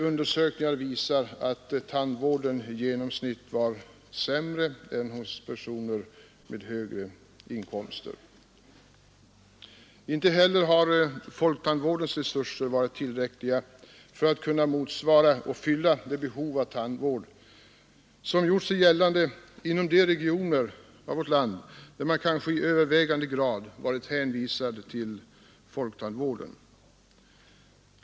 Undersökningar visar att tandvården hos dessa i genomsnitt var sämre än hos personer med högre inkomster. Folktandvårdens resurser har inte heller varit tillräckliga så att de kunnat fylla det behov av tandvård som gjort sig gällande inom de regioner av vårt land där man i övervägande grad varit hänvisad till folktandvården.